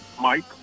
Mike